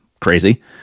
crazy